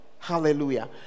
hallelujah